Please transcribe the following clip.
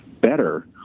better